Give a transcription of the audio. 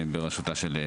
בראשותה של חוה,